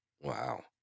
Wow